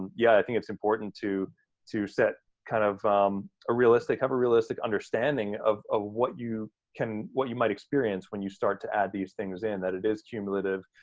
yeah, i think it's important to to set kind of a realistic, have a realistic understanding of ah what you can, what you might experience when you start to add these things in, that it is cumulative.